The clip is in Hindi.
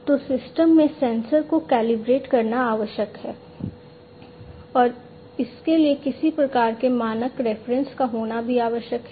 तो सिस्टम में सेंसर को कैलिब्रेट करना आवश्यक है